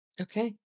Okay